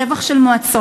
רווח של מועצות.